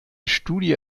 studie